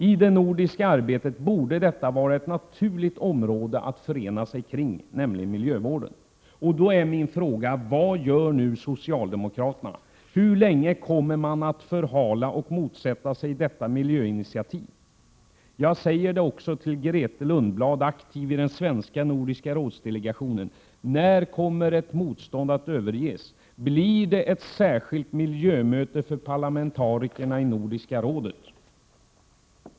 I det nordiska arbetet borde det vara självklart att förena sig kring miljövården. Då är min fråga: Vad gör socialdemokraterna? Hur länge kommer de att förhala detta miljöinitiativ? Jag ställer frågan också till Grethe Lundblad, aktiv i den svenska delegationen vid Nordiska rådet. När kommer ert motstånd att överges? Kommer det att anordnas ett särskilt miljömöte för parlamentarikerna i Nordiska rådet?